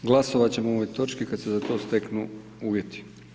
Glasovati ćemo o ovoj točki kada se za to steknu uvjeti.